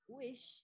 wish